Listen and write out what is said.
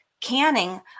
Canning